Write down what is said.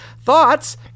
Thoughts